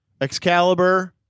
Excalibur